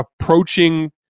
approaching